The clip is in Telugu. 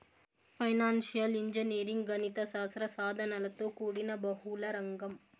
ఫైనాన్సియల్ ఇంజనీరింగ్ గణిత శాస్త్ర సాధనలతో కూడిన బహుళ రంగం